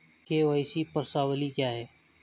KYC प्रश्नावली क्या है?